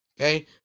Okay